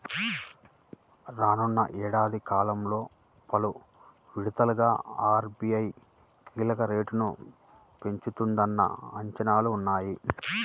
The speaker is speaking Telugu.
రానున్న ఏడాది కాలంలో పలు విడతలుగా ఆర్.బీ.ఐ కీలక రేట్లను పెంచుతుందన్న అంచనాలు ఉన్నాయి